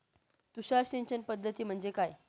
तुषार सिंचन पद्धती म्हणजे काय?